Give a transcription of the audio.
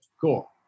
Cool